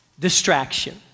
Distraction